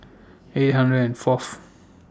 eight hundred and Fourth